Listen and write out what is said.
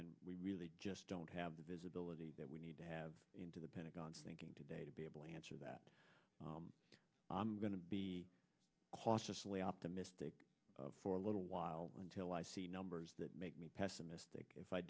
and we really just don't have the visibility that we need to have into the pentagon's thinking today to be able answer that i'm going to be cautiously optimistic for a little while until i see numbers that make me pessimistic if i